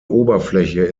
oberfläche